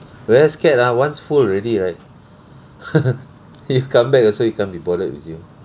whereas cat ah once full already right if you come back also it can't be bothered with you